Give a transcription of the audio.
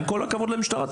עם כל הכבוד למשטרה,